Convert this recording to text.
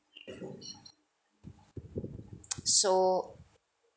so